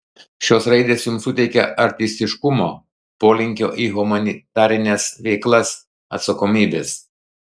šios raidės jums suteikia artistiškumo polinkio į humanitarines veiklas atsakomybės